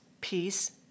peace